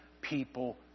people